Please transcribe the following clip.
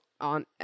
on